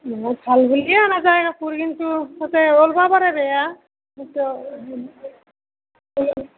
অঁ ভাল বুলিয়েই আনা যায় কাপোৰ কিন্তু তাতে ওলবা পাৰে বেয়া সেইটো